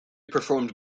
performed